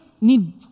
need